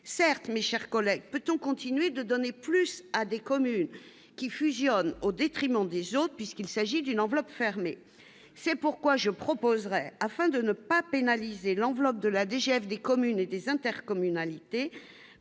certes, mes chers collègues, peut-on continuer de donner plus à des communes qui fusionnent au détriment des autres puisqu'il s'agit d'une enveloppe fermée, c'est pourquoi je proposerai afin de ne pas pénaliser l'enveloppe de la DGF des communes et des intercommunalités